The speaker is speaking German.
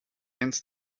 ins